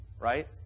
right